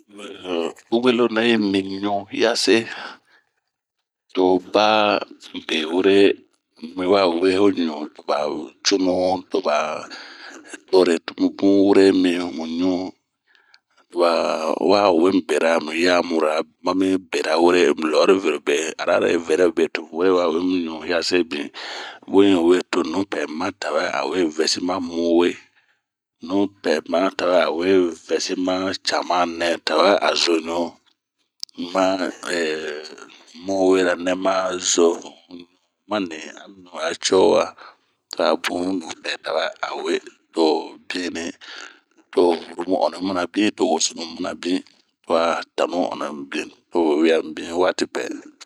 Nnhhh ubuelo nɛyi mi ɲu hiase, to ba be wure mi wa wemu ɲuu, to ba cunu, to ba tore mi mu ɲu. Toba we mi bera mu yamura, ,lɔ'ɔri vɛrobe, to mu were wa wemu bin. Bun yi we to nupɛɛ ma tawɛ a we vɛsi ma muwe, nupɛɛ ma tawɛɛ a vɛsi ma, cama nɛ tawɛ a zo ɲuu ma muwera nɛma nima zo a ɲiu bɛ ciowa.to wosonu manabin ,to rumu mana bin to a wewia mibin wati pɛɛ.